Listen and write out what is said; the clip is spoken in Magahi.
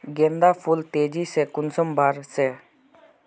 गेंदा फुल तेजी से कुंसम बार से?